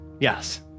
Yes